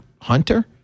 Hunter